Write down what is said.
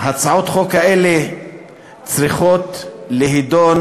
שהצעות החוק האלה צריכות להידון,